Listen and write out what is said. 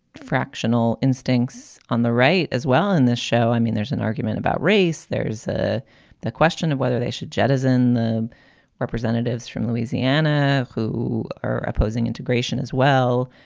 fractional instincts on the right as well in this show. i mean, there's an argument about race. there's ah a question of whether they should jettison the representatives from louisiana who are opposing integration as well.